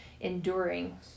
enduring